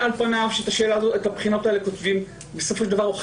על פניו נראה שאת הבחינות האלה כותבים עורכי